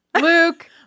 luke